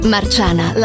Marciana